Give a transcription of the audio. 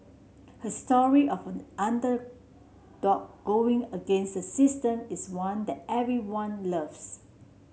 her story of underdog going against the system is one that everyone loves